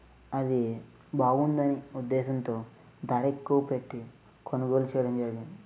అది బాగుంది అని ఉద్దేశంతో ధర ఎక్కువ పెట్టి కొనుగోలు చేయడం జరిగింది